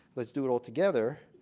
let's do it all together.